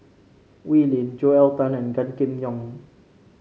Wee Lin Joel Tan and Gan Kim Yong